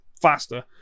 faster